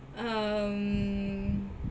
um